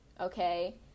okay